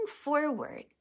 forward